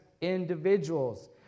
individuals